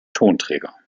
tonträger